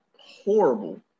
horrible